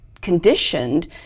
conditioned